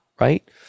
right